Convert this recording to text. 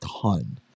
ton